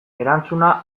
erantzuna